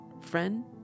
Friend